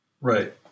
Right